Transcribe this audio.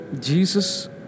Jesus